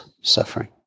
suffering